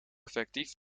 effectief